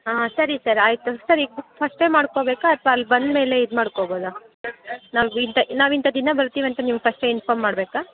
ಹಾಂ ಸರಿ ಸರ್ ಆಯಿತು ಸರ್ ಈಗ ಬುಕ್ ಫಸ್ಟೇ ಮಾಡ್ಕೊಬೇಕಾ ಅಥವಾ ಅಲ್ಲಿ ಬಂದಮೇಲೆ ಇದು ಮಾಡ್ಕೊಬೋದಾ ನಾವು ಇಂಥ ನಾವು ಇಂಥ ದಿನ ಬರ್ತೀವಿ ಅಂತ ನಿಮ್ಗೆ ಫಸ್ಟೇ ಇನ್ಫಾಮ್ ಮಾಡಬೇಕಾ